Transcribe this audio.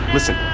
Listen